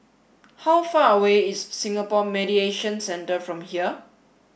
how far away is Singapore Mediation Centre from here